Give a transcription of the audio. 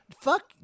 Fuck